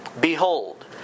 Behold